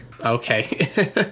okay